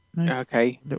Okay